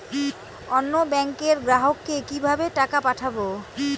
অন্য ব্যাংকের গ্রাহককে কিভাবে টাকা পাঠাবো?